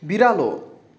बिरालो